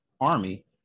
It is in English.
army